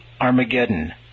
Armageddon